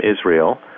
Israel